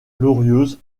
glorieuse